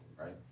right